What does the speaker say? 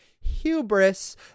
hubris